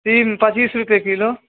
सीम पचीस रुपैए किलो